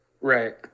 Right